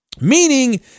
meaning